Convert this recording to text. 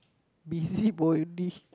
busybody